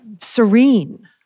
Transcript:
serene